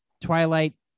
twilight